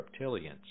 reptilians